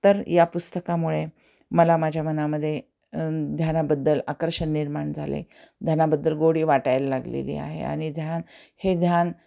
तर या पुस्तकामुळे मला माझ्या मनामध्ये ध्यानाबद्दल आकर्षण निर्माण झाले ध्यानाबद्दल गोडी वाटायला लागलेली आहे आणि ध्यान हे ध्यान